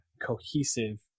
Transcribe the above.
cohesive